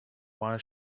why